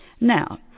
Now